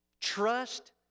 trust